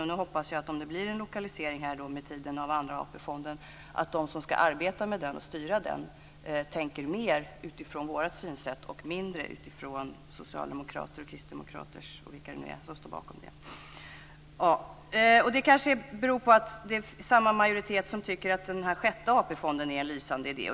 Om det med tiden blir en lokalisering av Andra AP-fonden hoppas jag att de som ska arbeta med den och styra den tänker mer utifrån vårt synsätt och mindre utifrån synsättet hos socialdemokrater, kristdemokrater och vilka det nu är som står bakom det. Det kanske beror på att det är samma majoritet som tycker att Sjätte AP-fonden är en lysande idé.